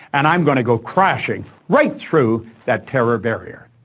and i'm going to go crashing right through that terror barrier.